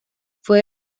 fue